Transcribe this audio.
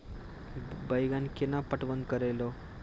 बैंगन केना पटवन करऽ लो?